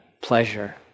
pleasure